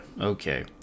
Okay